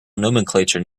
nomenclature